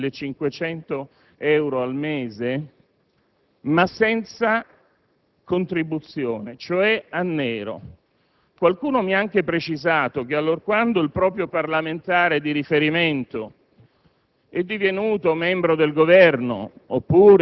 perché hanno sempre percepito tra i 500 e i 1.500 euro al mese, ma senza contribuzione, cioè al nero. Alcuni mi hanno anche precisato che, allorquando il proprio parlamentare di riferimento